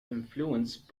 influenced